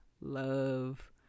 love